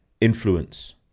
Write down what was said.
influence